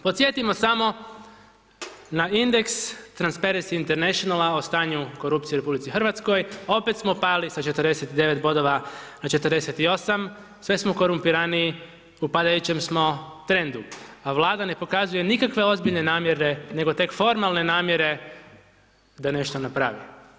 Podsjetimo samo na indeks Transparency International o stanju korupcije u RH, opet smo pali sa 49 bodova na 48, sve smo korumpiraniji, u padajućem smo trendu, a Vlada ne pokazuje nikakve ozbiljne namjere, nego tek formalne namjere da nešto napravi.